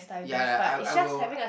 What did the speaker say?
ya ya ya I I will